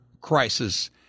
crisis